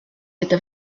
gyda